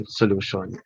solution